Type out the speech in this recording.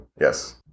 yes